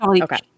Okay